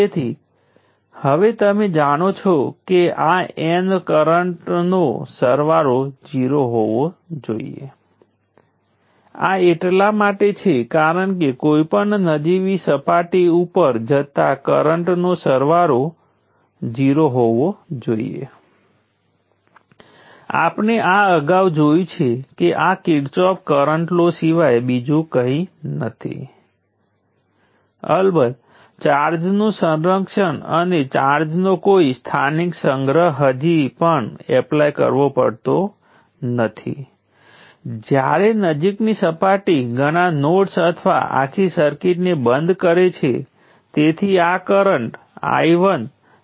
તેથી ઘણી બાબતોમાં તે કેપેસિટર જેવું જ છે કેપેસિટરના કિસ્સામાં મેં ઇન્ડક્ટરને થોડી વધારે ઝડપથી વર્તન કર્યું હતું કારણ કે ગાણિતિક ધરાવે છે